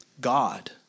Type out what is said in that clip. God